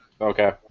Okay